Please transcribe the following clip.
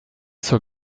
zur